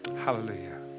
Hallelujah